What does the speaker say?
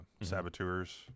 Saboteurs